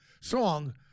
song